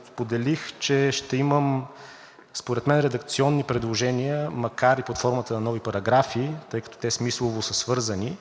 споделих, че ще имам според мен редакционни предложения, макар и под формата на нови параграфи, тъй като те смислово са свързани,